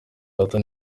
arthur